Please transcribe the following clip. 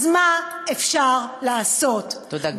אז מה אפשר לעשות, תודה, גברתי.